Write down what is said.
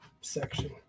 section